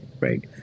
Right